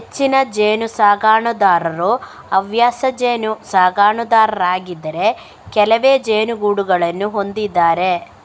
ಹೆಚ್ಚಿನ ಜೇನು ಸಾಕಣೆದಾರರು ಹವ್ಯಾಸ ಜೇನು ಸಾಕಣೆದಾರರಾಗಿದ್ದಾರೆ ಕೆಲವೇ ಜೇನುಗೂಡುಗಳನ್ನು ಹೊಂದಿದ್ದಾರೆ